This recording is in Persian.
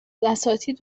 اساتید